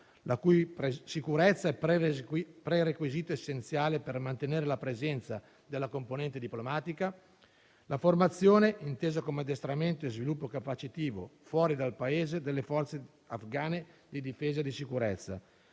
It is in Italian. la cui sicurezza è prerequisito essenziale per mantenere la presenza della componente diplomatica; la formazione, intesa come addestramento e sviluppo capacitivo, fuori dal Paese delle forze afgane di difesa e di sicurezza,